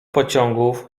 pociągów